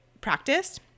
practice